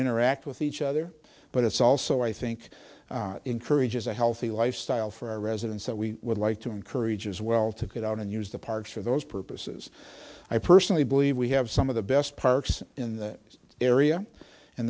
interact with each other but it's also i think encourages a healthy lifestyle for our residents that we would like to encourage as well to get out and use the parks for those purposes i personally believe we have some of the best parks in the area and